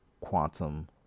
Quantum